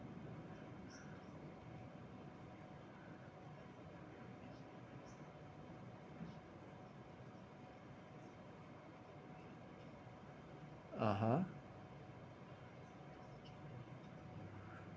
(uh huh)